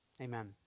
Amen